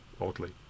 oddly